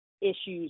issues